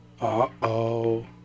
Uh-oh